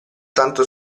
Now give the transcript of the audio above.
tanto